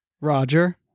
Roger